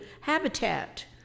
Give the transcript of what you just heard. habitat